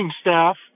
staff